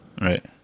right